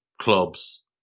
clubs